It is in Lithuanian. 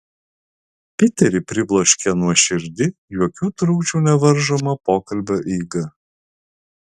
piterį pribloškė nuoširdi jokių trukdžių nevaržoma pokalbio eiga